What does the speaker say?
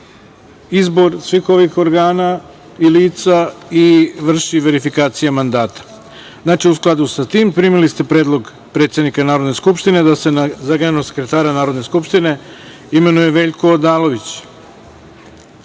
izbor svih ovih organa i lica i vrši verifikacija mandata.U skladu sa tim, primili ste predlog predsednika Narodne skupštine da se za generalnog sekretara Narodne skupštine imenuje Veljko Odalović. Molim